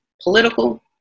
political